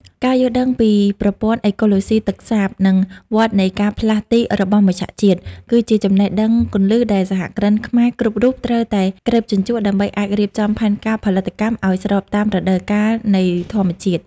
ការយល់ដឹងពីប្រព័ន្ធអេកូឡូស៊ីទឹកសាប និងវដ្តនៃការផ្លាស់ទីរបស់មច្ឆជាតិ គឺជាចំណេះដឹងគន្លឹះដែលសហគ្រិនខ្មែរគ្រប់រូបត្រូវតែក្រេបជញ្ជក់ ដើម្បីអាចរៀបចំផែនការផលិតកម្មឱ្យស្របតាមរដូវកាលនៃធម្មជាតិ។